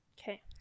okay